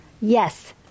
Yes